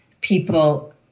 people